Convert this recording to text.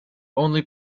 only